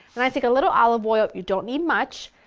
and i take a little olive oil, you don't need much,